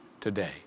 today